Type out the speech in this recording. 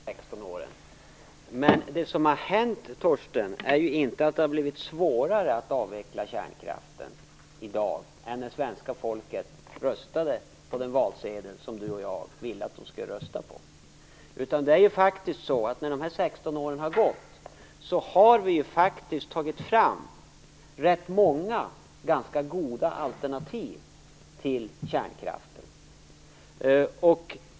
Fru talman! Ja, det har hänt mycket under de 16 åren. Men det som har hänt, Torsten Gavelin, är ju inte att det har blivit svårare att avveckla kärnkraften i dag än när svenska folket röstade i enlighet med den valsedel som Torsten Gavelin och jag ville att de skulle rösta. När nu dessa 16 år har gått har vi faktiskt tagit fram rätt många ganska goda alternativ till kärnkraften.